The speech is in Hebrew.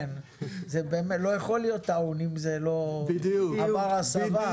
זה לא יכול להיות טעון אם זה לא עבר הסבה.